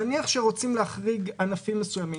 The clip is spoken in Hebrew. נניח ורוצים להחריג ענפים מסוימים.